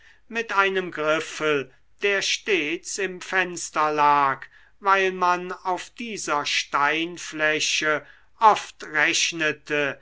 mit einem griffel der stets im fenster lag weil man auf dieser steinfläche oft rechnete